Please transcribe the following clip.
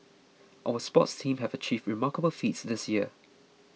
our sports teams have achieved remarkable feats this year